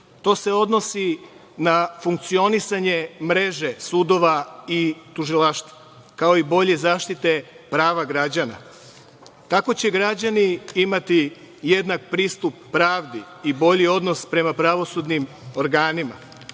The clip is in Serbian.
To se odnosi na funkcionisanje mreže sudova i tužilaštva, kao i bolje zaštite prava građana. Tako će građani imati jednak pristup pravdi i bolji odnos prema pravosudnim organima. Važno